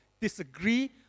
disagree